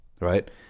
right